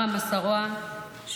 בראא מסארווה,